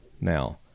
now